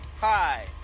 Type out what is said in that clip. Hi